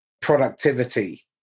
productivity